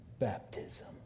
baptism